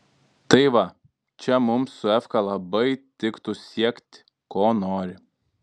tai va čia mums su efka labai tiktų siekti ko nori